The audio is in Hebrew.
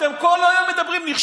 אתם כל היום מדברים: נכשלתם,